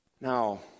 Now